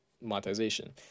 monetization